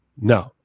No